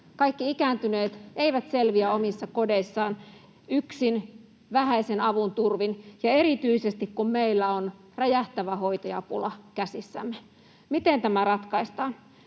Kaikki ikääntyneet eivät selviä omissa kodeissaan yksin vähäisen avun turvin, erityisesti kun meillä on räjähtävä hoitajapula käsissämme. Miten tämä ratkaistaan?